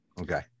Okay